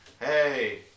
Hey